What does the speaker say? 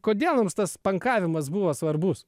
kodėl jums tas pankavimas buvo svarbus